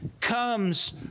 comes